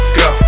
go